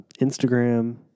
Instagram